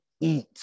eat